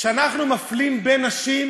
כשאנחנו מפלים בין נשים